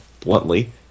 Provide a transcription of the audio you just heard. bluntly